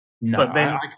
No